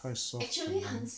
太 soft liao mah